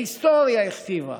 ההיסטוריה הכתיבה